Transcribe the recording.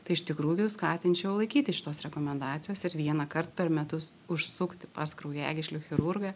tai iš tikrųjų skatinčiau laikytis šitos rekomendacijos ir vienąkart per metus užsukti pas kraujagyslių chirurgą